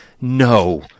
No